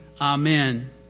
Amen